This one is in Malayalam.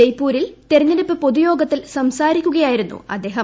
ജയ്പൂരിൽ തെരഞ്ഞെടുപ്പ് പൊതുയോഗത്തിൽ സംസാരിക്കുകയായിരുന്നു അദ്ദേഹം